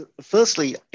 Firstly